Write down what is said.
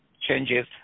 changes